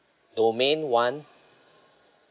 domain one